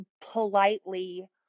politely